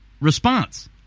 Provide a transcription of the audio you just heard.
response